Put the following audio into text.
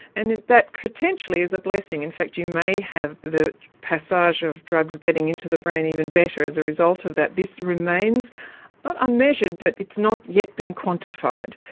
and that potentially is a blessing. in fact you may have the passage of drugs getting into the brain even better as a result of that, this remains not unmeasured but it's not yet been quantified.